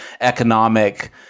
economic